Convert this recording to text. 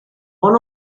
one